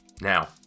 Now